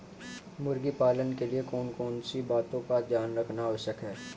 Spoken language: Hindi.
मुर्गी पालन के लिए कौन कौन सी बातों का ध्यान रखना आवश्यक है?